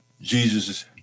Jesus